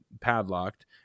padlocked